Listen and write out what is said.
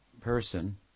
person